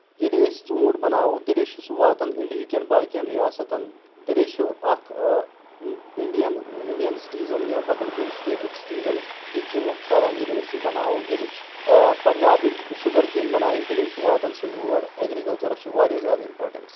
ییٚلہِ أسۍ ژوٗنٛٹھ بناوو تیٚلے چھُ سُہ واتان اِنڈیہِ کؠن باقین ریاستن تیٚلے چھُ اکھ اِنڈین اِنڈین سٹیٖزَن یا بدل کُنہِ سٹیٹُک سِٹیٖزَن یہِ ژوٗنٛٹھ کھؠون ییٚلہِ أسۍ یہِ بناوو ییٚلہِ پنٛجابٕکۍ شُگر کِہیٖنۍ بنایَن تیٚلے چھُ واتَن سُہ یور ایٚگرِکَلچَرَس چھِ واریاہ زیادٕ اِمپاٹَنس